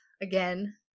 again